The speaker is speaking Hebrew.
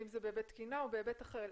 אם זה בהיבט תקינה או היבט אחר.